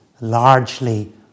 largely